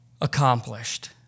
accomplished